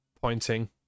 pointing